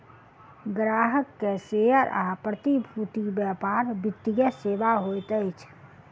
ग्राहक के शेयर आ प्रतिभूति व्यापार वित्तीय सेवा होइत अछि